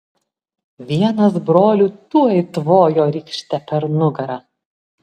vienas brolių tuoj tvojo rykšte per nugarą